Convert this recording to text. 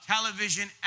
television